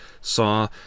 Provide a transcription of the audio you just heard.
saw